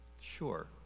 sure